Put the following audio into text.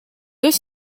deux